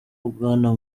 bwana